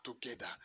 together